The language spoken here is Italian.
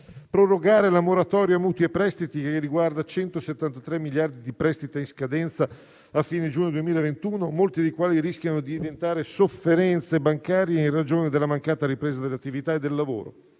prorogare la moratoria su mutui e prestiti, che riguarda 173 miliardi di euro di prestiti in scadenza a fine giugno 2021, molti dei quali rischiano di diventare sofferenze bancarie, in ragione della mancata ripresa dell'attività e del lavoro;